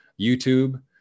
YouTube